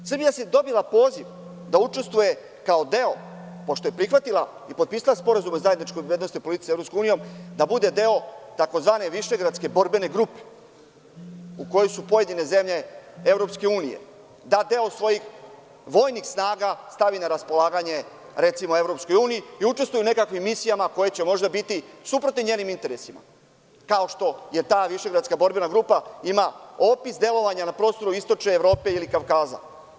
Srbija je dobila poziv da učestvuje kao deo, pošto je prihvatila i potpisala sporazum o zajedničkoj bezbednosnoj politici sa EU, da bude deo takozvane „Višegradske borbene grupe“ u kojoj su pojedine zemlje EU, da deo svojih vojnih snaga stavi na raspolaganje, recimo EU, i učestvuje u nekakvim misijama koje će, možda biti, suprotne njenim interesima, kao što je ta „Višegradska borbena grupa“ ima opis delovanja na prostoru Istočne Evrope ili Kavkaza.